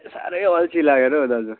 साह्रै अल्छी लागेर हो दाजु